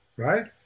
Right